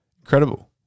Incredible